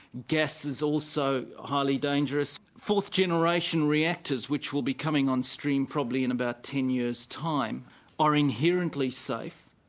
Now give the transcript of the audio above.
gas is also highly dangerous. fourth generation reactors which will be coming on stream probably in about ten years time are inherently safe,